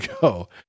go